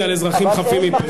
לא, זה ירי על אזרחים חפים מפשע.